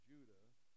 Judah